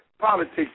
Politics